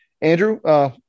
Andrew